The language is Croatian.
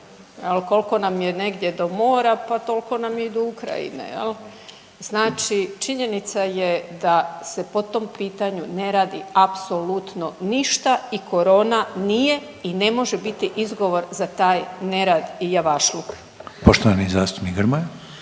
jel kolko nam je negdje do mora, pa tolko nam je i do Ukrajine jel. Znači činjenica je da se po tom pitanju ne radi apsolutno ništa i korona nije i ne može biti izgovor za taj nerad i javašluk. **Reiner,